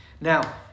Now